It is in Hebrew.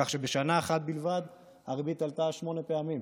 כך שבשנה אחת בלבד הריבית עלתה שמונה פעמים.